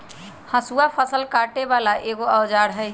हसुआ फ़सल काटे बला एगो औजार हई